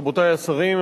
רבותי השרים,